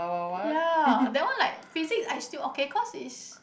ya that one like physics I still okay cause is